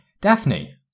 Daphne